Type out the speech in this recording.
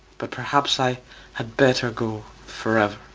but perhaps i had better go for